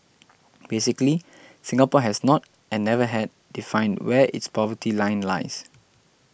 basically Singapore has not and never had defined where its poverty line lies